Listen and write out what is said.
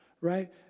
right